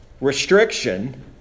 restriction